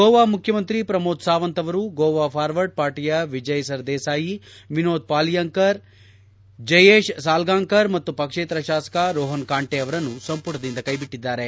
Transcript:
ಗೋವಾ ಮುಖ್ಚುಮಂತ್ರಿ ಪ್ರಮೋದ್ ಸಾವಂತ್ ಅವರು ಗೋವಾ ಫಾರ್ವರ್ಡ್ ಪಾರ್ಟಿಯ ವಿಜಯ್ ಸರ್ದೇಸಾಯಿ ವಿನೋದ್ ಪಾಲಿಯಂಕರ್ ಜಯೇಶ್ ಸಲ್ಗಾಂಕರ್ ಮತ್ತು ಪಕ್ಷೇತರ ಶಾಸಕ ರೋಹನ್ ಖಾಂಟೆ ಅವರನ್ನು ಸಂಪುಟದಿಂದ ಕೈಬಿಟ್ಟಿದ್ದಾರೆ